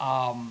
are